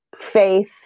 faith